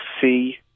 see